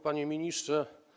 Panie Ministrze!